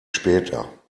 später